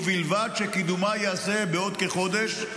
ובלבד שקידומה ייעשה בעוד כחודש,